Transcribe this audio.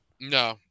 No